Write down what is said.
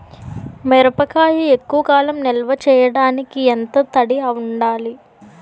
మిరపకాయ ఎక్కువ కాలం నిల్వ చేయటానికి ఎంత తడి ఉండాలి?